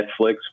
netflix